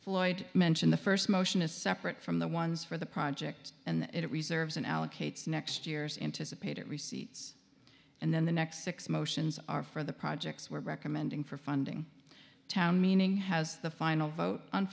floyd mention the first motion is separate from the ones for the project and it reserves and allocates next year's intice a paid receipts and then the next six motions are for the projects we're recommending for funding town meaning has the final vote on